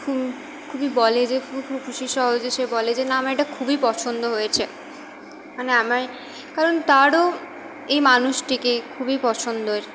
খুবই বলে যে খুব খুশিসহ যে সে বলে যে না আমার এটা খুবই পছন্দ হয়েছে মানে আমায় কারণ তারও এই মানুষটিকে খুবই পছন্দর